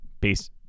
Peace